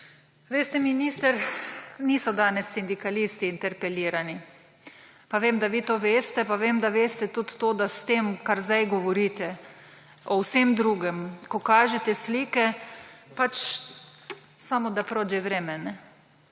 Veste, minister, niso danes sindikalisti interpelirani. Pa vem, da vi to veste, pa vem, da veste tudi to, da s tem, kar zdaj govorite o vsem drugem, ko kažete slike, pač samo »da prođe vreme«,